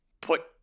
put